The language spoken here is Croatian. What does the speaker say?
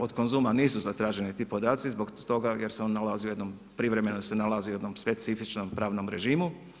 Od Konzuma nisu zatraženi ti podaci zbog toga jer se on nalazi u jednom, privremeno se nalazi u jednom specifičnom pravnom režimu.